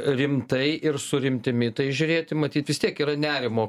rimtai ir su rimtimi į tai žiūrėti matyt vis tiek yra nerimo